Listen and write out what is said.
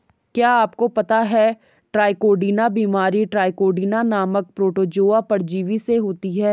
क्या आपको पता है ट्राइकोडीना बीमारी ट्राइकोडीना नामक प्रोटोजोआ परजीवी से होती है?